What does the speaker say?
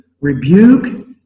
rebuke